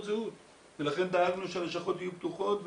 זהות ולכן דאגנו שהלשכות יהיו פתוחות.